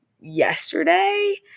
yesterday